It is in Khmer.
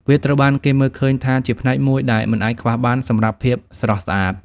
វាត្រូវបានគេមើលឃើញថាជាផ្នែកមួយដែលមិនអាចខ្វះបានសម្រាប់ភាពស្រស់ស្អាត។